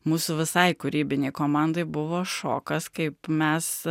mūsų visai kūrybinei komandai buvo šokas kaip mes